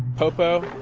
popos.